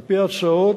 על-פי ההצעות,